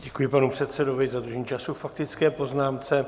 Děkuji panu předsedovi za dodržení času k faktické poznámce.